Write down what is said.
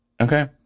Okay